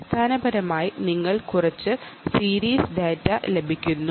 അടിസ്ഥാനപരമായി നിങ്ങൾക്ക് കുറച്ച് സീരീസ് ഡാറ്റ ലഭിക്കുന്നു